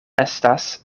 estas